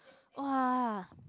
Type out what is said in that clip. [wah]